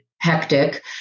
hectic